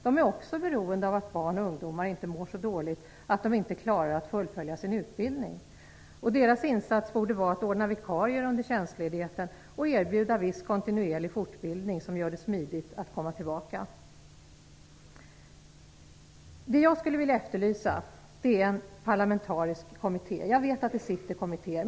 De är också beroende av att barn och ungdomar inte mår så dåligt att de inte klarar att fullfölja sin utbildning. Arbetsgivarnas insats borde vara att ordna vikarier under tjänstledigheten och erbjuda viss kontinuerlig fortbildning för att göra det smidigt att komma tillbaka. Vad jag efterlyser är en parlamentarisk kommitté. Jag vet att det redan finns kommittéer.